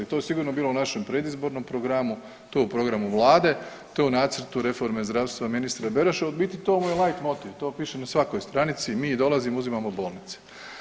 To je sigurno bilo u našem predizbornom programu, to je u programu vlade, to je u nacrtu reforme zdravstva ministra Beroša u biti to mu je light motiv, to piše na svakoj stranici mi dolazimo i uzimamo bolnice.